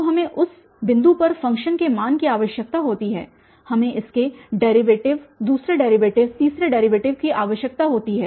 तो हमें उस बिंदु पर फ़ंक्शन के मान की आवश्यकता होती है हमें इसके डेरीवेटिव दूसरे डेरीवेटिव तीसरे डेरीवेटिव आदि की आवश्यकता होती है